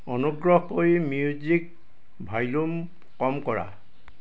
অনুগ্ৰহ কৰি music volume কম কৰা